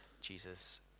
Jesus